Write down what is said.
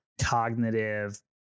cognitive